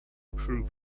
improve